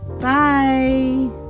Bye